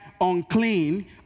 unclean